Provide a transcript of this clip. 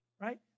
right